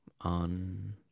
On